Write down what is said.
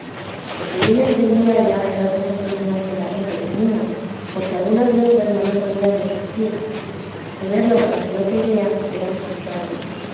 porque bien entendía ya era cosa sobrenatural lo que tenía porque algunas veces no lo podía resistir tenerlo cuando yo quería era excusado